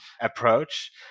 approach